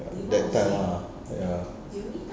that time ah ya